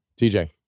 tj